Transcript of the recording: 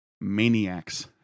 Maniacs